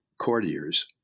courtiers